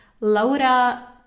Laura